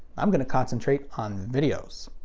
i'm gonna concentrate on videos.